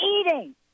eating